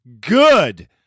good